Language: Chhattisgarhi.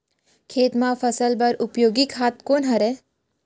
खेत म फसल बर उपयोगी खाद कोन कोन हरय?